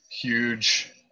huge